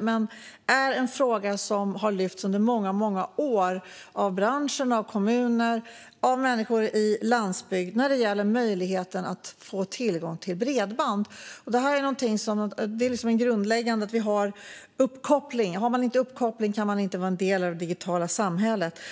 men det är en fråga som lyfts fram under många år av branschen, kommunerna och människor på landsbygden när det gäller möjligheten att få tillgång till bredband. Uppkoppling är grundläggande, för om man inte har det kan man inte vara del av det digitala samhället.